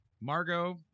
Margot